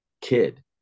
kid